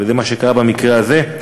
וזה מה שקרה במקרה הזה.